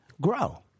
grow